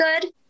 good